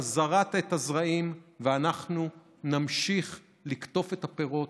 אתה זרעת את הזרעים ואנחנו נמשיך לקטוף את הפירות,